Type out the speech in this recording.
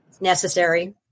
necessary